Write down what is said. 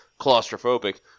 claustrophobic